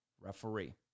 referee